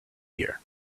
year